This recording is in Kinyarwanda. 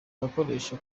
gakoresho